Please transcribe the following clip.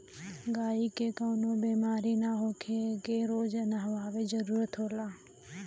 गायी के कवनो बेमारी ना होखे एके रोज नहवावे जरुरत होला